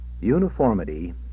UNIFORMITY